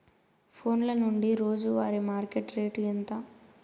ఫోన్ల నుండి రోజు వారి మార్కెట్ రేటు ఎంత?